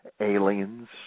aliens